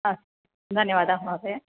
अस्तु धन्यवादाः महोदय